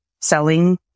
selling